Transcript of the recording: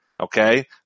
okay